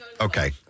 Okay